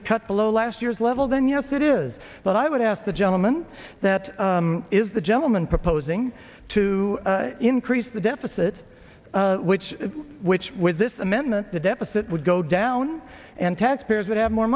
a cut below last year's level then yes it is but i would ask the gentleman that is the gentleman proposing to increase the deficit which is which with this amendment the deficit would go down and taxpayers would have more